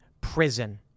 prison